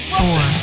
four